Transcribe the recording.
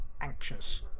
anxious